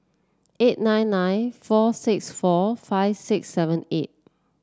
eight nine nine four six four five six seven eight